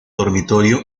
dormitorio